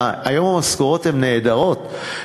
והיום המשכורות הן נהדרות,